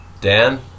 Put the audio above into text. Dan